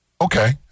Okay